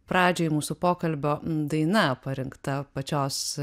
pradžioj mūsų pokalbio daina parinkta pačios